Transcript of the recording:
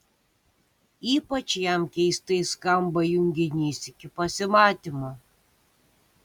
ypač jam keistai skamba junginys iki pasimatymo